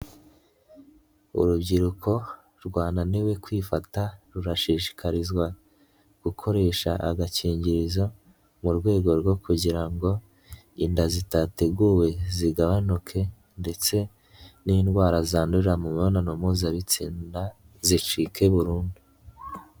Urubyiruko rwananiwe kwifata rurashishikarizwa gukoresha agakingirizo, mu rwego rwo kugira ngo inda zitateguwe zigabanuke ndetse n'indwara zandurira mu mibonano mpuzabitsina zicike burundu.